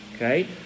Okay